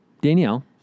Danielle